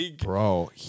Bro